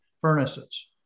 furnaces